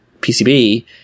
PCB